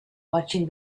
watching